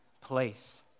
place